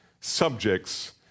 subjects